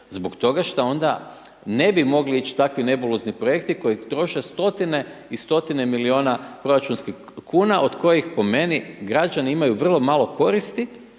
Zbog toga šta onda ne bi mogli ić' takvi nebulozni projekti koji troše stotine i stotine milijuna proračunskih kuna od koji, po meni, građani imaju vrlo malo koristi,